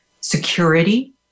security